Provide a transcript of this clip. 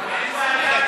הפנים.